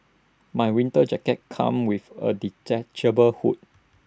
my winter jacket come with A detachable hood